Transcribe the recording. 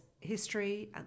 history